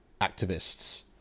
activists